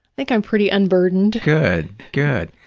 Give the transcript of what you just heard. think i'm pretty unburdened. good, good.